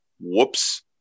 Whoops